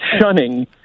shunning